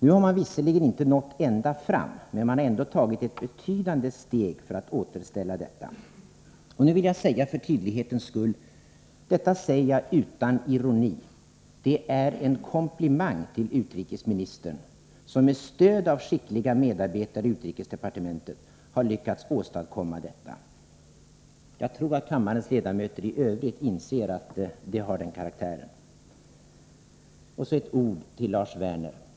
Nu har man visserligen inte nått ända fram, men man har ändå tagit ett betydande steg för att återställa biståndet till den tidigare nivån. Jag vill — för tydlighetens skull — poängtera att jag säger detta utan ironi. Det är en komplimang till utrikesministern, som med stöd av skickliga medarbetare i utrikesdepartementet har lyckats åstadkomma detta. Jag tror att kammarens ledamöter i övrigt inser att det jag sade har den karaktären. Så ett ord till Lars Werner.